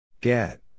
Get